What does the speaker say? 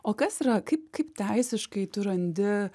o kas yra kaip kaip teisiškai tu randi